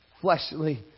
fleshly